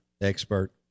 expert